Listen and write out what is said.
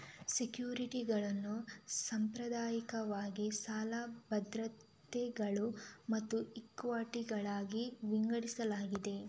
ಸೆಕ್ಯುರಿಟಿಗಳನ್ನು ಸಾಂಪ್ರದಾಯಿಕವಾಗಿ ಸಾಲ ಭದ್ರತೆಗಳು ಮತ್ತು ಇಕ್ವಿಟಿಗಳಾಗಿ ವಿಂಗಡಿಸಲಾಗಿದೆ